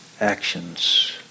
actions